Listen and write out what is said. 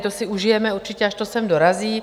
To si užijeme určitě, až to sem dorazí.